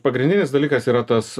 pagrindinis dalykas yra tas